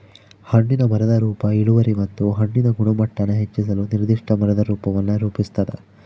ಹಣ್ಣಿನ ಮರದ ರೂಪ ಇಳುವರಿ ಮತ್ತು ಹಣ್ಣಿನ ಗುಣಮಟ್ಟಾನ ಹೆಚ್ಚಿಸಲು ನಿರ್ದಿಷ್ಟ ಮರದ ರೂಪವನ್ನು ರೂಪಿಸ್ತದ